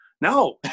no